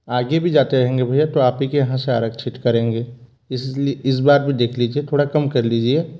आगे भी जाते रहेंगे भैया तो आप ही के यहाँ से आरक्षित करेंगे इसलिए इस बार भी देख लीजिए थोड़ा कम कर लीजिए